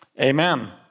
amen